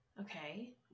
Okay